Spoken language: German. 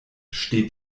steht